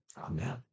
Amen